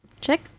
Check